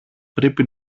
πρέπει